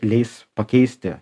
leis pakeisti